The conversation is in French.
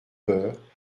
peur